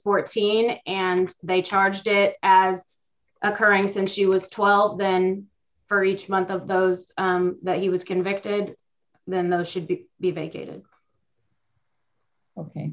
fourteen and they charged it as occurring since she was twelve then for each month of those that he was convicted then those should be vacated ok